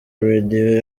radio